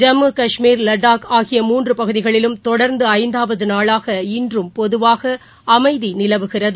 ஜம்மு கஷ்மீர் லடாக் ஆகிய மூன்று பகுதிகளிலும் தொடர்ந்து ஐந்தாவது நாளாக இன்றும் பொதுவாக அமைதி நிலவுகிறது